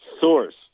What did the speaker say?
source